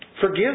Forgive